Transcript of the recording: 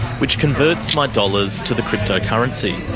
which converts my dollars to the cryptocurrency.